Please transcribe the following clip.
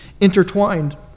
intertwined